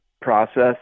process